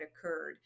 occurred